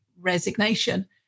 resignation